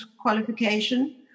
qualification